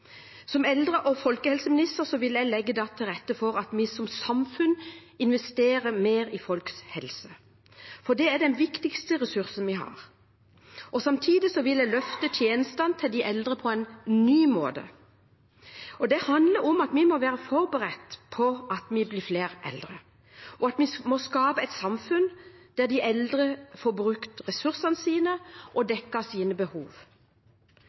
Som eldre- og folkehelseminister vil jeg legge til rette for at vi som samfunn investerer mer i folks helse – for det er den viktigste ressursen vi har. Samtidig vil jeg løfte tjenestene til de eldre på en ny måte. Det handler om at vi må være forberedt på at vi blir flere eldre, og at vi må skape et samfunn der de eldre får brukt ressursene sine og dekket sine behov.